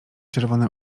czerwone